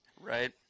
Right